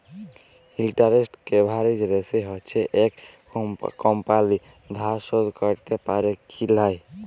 interest coverage ratio হচ্যে একট কমপালি ধার শোধ ক্যরতে প্যারে কি লায়